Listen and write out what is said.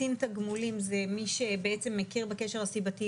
קצין תגמולים זה מי שבעצם מכיר בקשר הסיבתי,